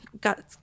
got